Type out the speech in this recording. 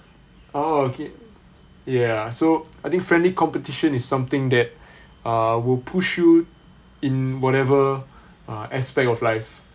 oh okay ya so I think friendly competition is something that uh will push you in whatever uh aspect of life